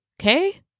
okay